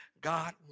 God